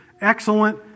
excellent